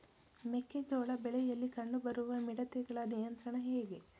ಮೆಕ್ಕೆ ಜೋಳ ಬೆಳೆಯಲ್ಲಿ ಕಂಡು ಬರುವ ಮಿಡತೆಗಳ ನಿಯಂತ್ರಣ ಹೇಗೆ?